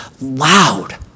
loud